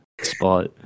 spot